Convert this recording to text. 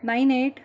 nine eight